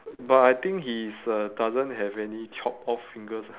but I think he is uh doesn't have any chopped off fingers